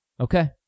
Okay